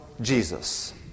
Jesus